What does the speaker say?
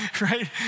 right